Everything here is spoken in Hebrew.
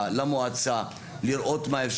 למועצה לראות מה אפשר,